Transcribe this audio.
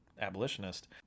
abolitionist